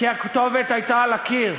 כי הכתובת הייתה על הקיר.